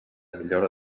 millora